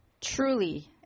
truly